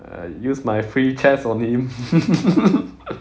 I use my free chest on him